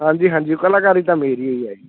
ਹਾਂਜੀ ਹਾਂਜੀ ਕਲਾਕਾਰੀ ਤਾਂ ਮੇਰੀ ਹੀ ਹੈ